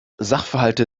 sachverhalte